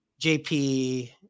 JP